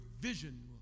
vision